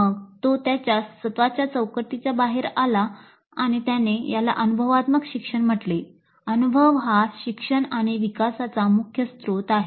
मग तो त्याच्या स्वत च्या चौकटीच्या बाहेर आला आणि त्याने याला अनुभवात्मक शिक्षण म्हटले अनुभव हा शिक्षण आणि विकासाचा मुख्य स्रोत आहे